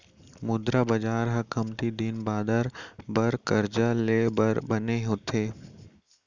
मुद्रा बजार ह कमती दिन बादर बर करजा ले बर बने होथे